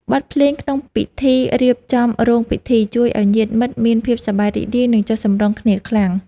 បទភ្លេងក្នុងពិធីរៀបចំរោងពិធី ជួយឱ្យញាតិមិត្តមានភាពសប្បាយរីករាយ និងចុះសម្រុងគ្នាខ្លាំង។